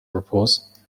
purpose